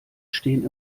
stehen